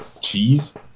Cheese